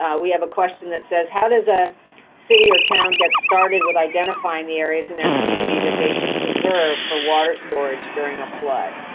we have a question that says, how does a city or town get started with identifying the areas in their community that they should preserve for water storage during a flood?